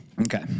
Okay